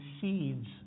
seeds